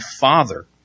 father